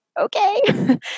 okay